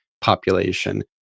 population